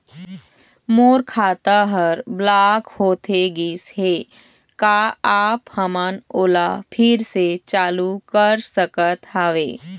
मोर खाता हर ब्लॉक होथे गिस हे, का आप हमन ओला फिर से चालू कर सकत हावे?